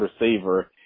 receiver